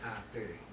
ah 对